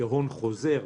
כהון חוזר.